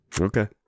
Okay